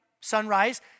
sunrise